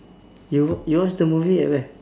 you you watch the movie at where